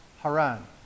Haran